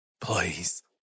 Please